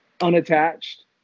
unattached